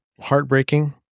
heartbreaking